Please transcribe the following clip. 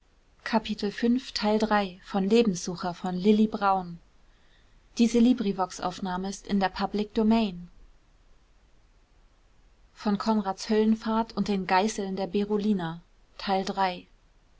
kapitel von konrads höllenfahrt und den geißeln der berolina